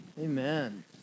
Amen